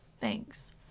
thanks